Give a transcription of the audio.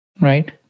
Right